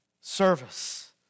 service